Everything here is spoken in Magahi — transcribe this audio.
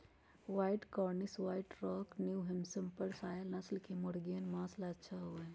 white Cornish, White Rock, New Hampshire नस्ल के मुर्गियन माँस ला अच्छा होबा हई